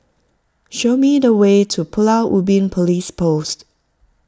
show me the way to Pulau Ubin Police Post